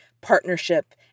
partnership